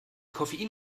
koffein